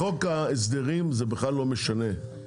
בפעם הבאה כשאנחנו מבקשים משהו תעשו את זה במסגרת